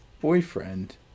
boyfriend